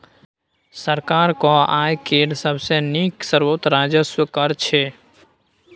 सरकारक आय केर सबसे नीक स्रोत राजस्व कर छै